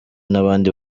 n’abandi